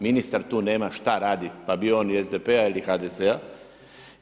Ministar tu nema šta raditi pa bio on iz SDP-a ili HDZ-a.